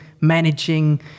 managing